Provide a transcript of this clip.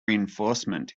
reinforcement